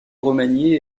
remaniée